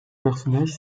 personnage